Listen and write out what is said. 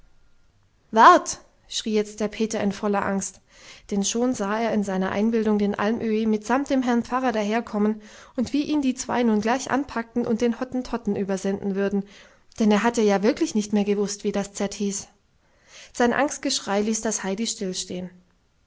wart schrie jetzt der peter in voller angst denn schon sah er in seiner einbildung den almöhi mitsamt dem herrn pfarrer daherkommen und wie ihn die zwei nun gleich anpacken und den hottentotten übersenden würden denn er hatte ja wirklich nicht mehr gewußt wie das z hieß sein angstgeschrei ließ das heidi stillstehen